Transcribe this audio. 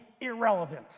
irrelevant